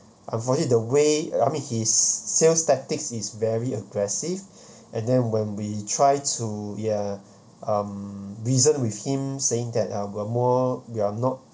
for it the way I mean his sales tactics is very aggressive and then when we try to ya um reason with him saying that uh we're more we are not